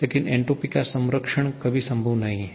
लेकिन एन्ट्रापी का संरक्षण कभी संभव नहीं है